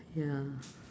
ya